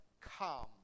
come